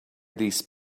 these